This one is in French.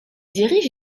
dirige